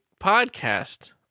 Podcast